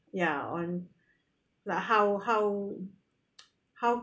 ya on like how how how